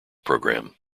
program